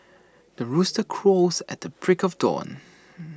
the rooster crows at the break of dawn